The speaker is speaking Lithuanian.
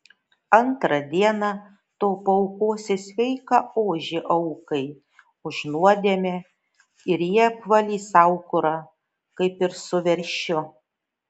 antrą dieną tu paaukosi sveiką ožį aukai už nuodėmę ir jie apvalys aukurą kaip ir su veršiu